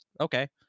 Okay